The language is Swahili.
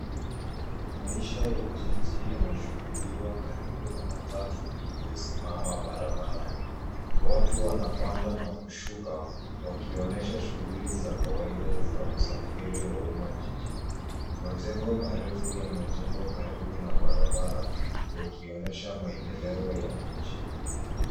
Maisha ya jiji yanashuhudiwa karibu na matatu iliyosimama barabarani. Watu wanapanda na kushuka, wakionesha shughuli za kawaida za usafiri wa umma jijini. Majengo marefu yamejengwa karibu na barabara, yakionesha maendeleo ya mji.